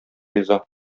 риза